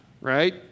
right